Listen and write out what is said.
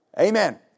Amen